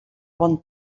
bon